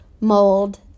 mold